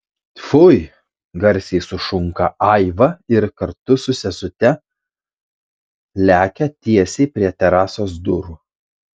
fui garsiai sušunka aiva ir kartu su sesute lekia tiesiai prie terasos durų